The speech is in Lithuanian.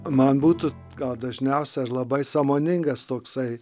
man būtų gal dažniausia labai sąmoningas toksai